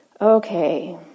Okay